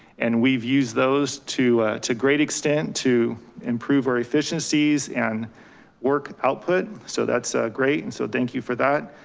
and we've used those to to great extent to improve our efficiencies and work output. so that's great. and so thank you for that.